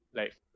life